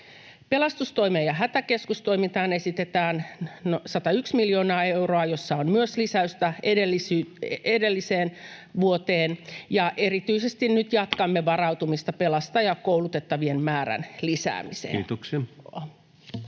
Pelastustoimeen ja hätäkeskustoimintaan esitetään 101 miljoonaa euroa, missä myös on lisäystä edelliseen vuoteen, ja nyt jatkamme erityisesti varautumista pelastajakoulutettavien määrän lisäämiseen. Kiitoksia.